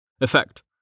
Effect